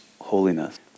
holiness